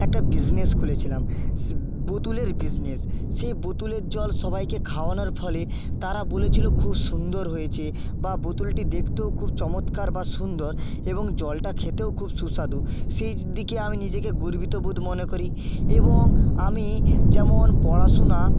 একটা বিসনেস খুলেছিলাম বোতলের বিসনেস সেই বোতলের জল সবাইকে খাওয়ানোর ফলে তারা বলেছিলো খুব সুন্দর হয়েছে বা বোতলটি দেখতেও খুব চমৎকার বা সুন্দর এবং জলটা খেতেও খুব সুস্বাদু সেই দিকে আমি নিজেকে গর্বিত বোধ মনে করি এবং আমি যেমন পড়াশুনা